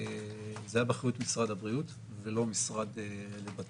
זה היה באחריות משרד הבריאות ולא באחריות המשרד לבט"פ.